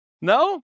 No